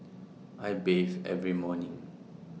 I bathe every morning